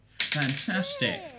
Fantastic